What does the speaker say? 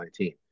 2019